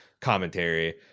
commentary